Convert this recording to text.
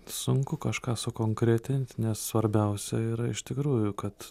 sunku kažką sukonkretint nes svarbiausia yra iš tikrųjų kad